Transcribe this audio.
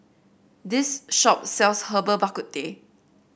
this shop sells Herbal Bak Ku Teh